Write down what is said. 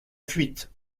fuite